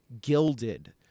gilded